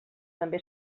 també